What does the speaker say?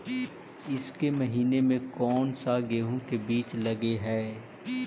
ईसके महीने मे कोन सा गेहूं के बीज लगे है?